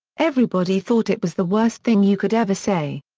everybody thought it was the worst thing you could ever say.